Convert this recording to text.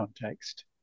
context